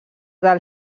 del